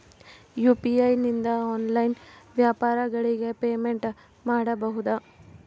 UPI ನಿಂದ online ವ್ಯಾಪಾರಗಳಿಗೆ payment ಮಾಡಬಹುದಾ?